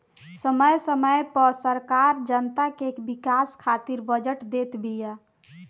समय समय पअ सरकार जनता के विकास खातिर बजट देत बिया